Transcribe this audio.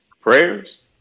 Prayers